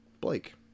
blake